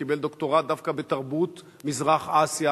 הוא קיבל דוקטורט דווקא בתרבות מזרח אסיה